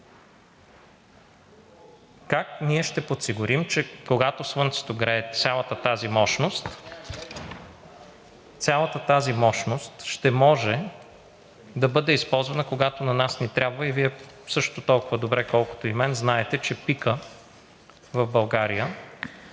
Как ние ще подсигурим, че когато слънцето грее, цялата тази мощност, цялата тази мощност ще може да бъде използвана, когато на нас ни трябва? Вие също толкова добре, колкото и мен, знаете, че пикът в България